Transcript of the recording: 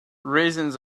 raisins